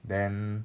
then